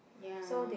ya